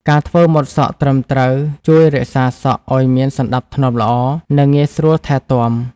ការធ្វើម៉ូតសក់ត្រឹមត្រូវ ជួយរក្សាសក់ឱ្យមានសណ្ដាប់ធ្នាប់ល្អ និងងាយស្រួលថែទាំ។